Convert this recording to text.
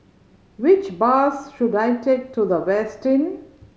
which bus should I take to The Westin